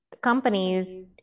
companies